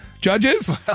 Judges